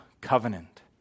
covenant